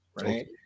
Right